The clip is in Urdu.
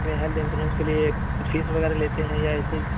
اس میں ہیلتھ انسورنس کے لیے کچھ فیس وغیرہ لیتے ہیں یا ایسے ہی